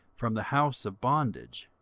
from the house of bondage.